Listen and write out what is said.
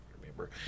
remember